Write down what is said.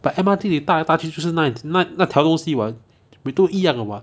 but M_R_T 你搭来搭去就是那那条东西 [what] 都一样的 [what]